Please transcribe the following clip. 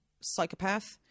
psychopath